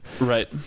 right